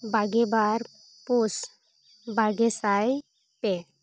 ᱵᱟᱜᱮ ᱵᱟᱨ ᱯᱩᱥ ᱵᱟᱜᱮᱥᱟᱭ ᱯᱮ